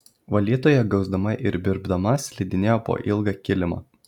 valytoja gausdama ir birbdama slidinėjo po ilgą kilimą